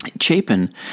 Chapin